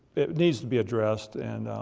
it needs to be addressed. and,